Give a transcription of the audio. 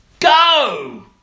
Go